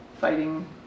fighting